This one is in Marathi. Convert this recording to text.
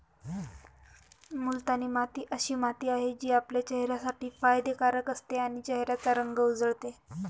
मुलतानी माती अशी माती आहे, जी आपल्या चेहऱ्यासाठी फायदे कारक असते आणि चेहऱ्याचा रंग उजळते